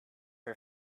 her